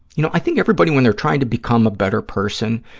you know, i think everybody, when they're trying to become a better person,